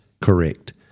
correct